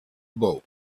bow